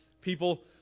people